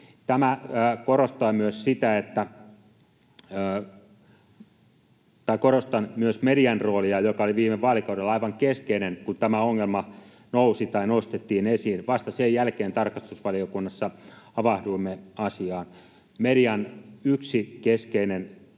ellei olla tarkkana. Korostan myös median roolia, joka oli viime vaalikaudella aivan keskeinen, kun tämä ongelma nousi tai nostettiin esiin. Vasta sen jälkeen tarkastusvaliokunnassa havahduimme asiaan. Yksi median ehkä keskeisimmistä